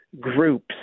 groups